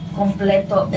completo